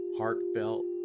heartfelt